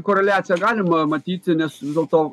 koreliaciją galima matyti nes dėl to